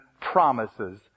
promises